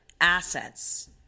assets